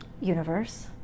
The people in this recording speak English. universe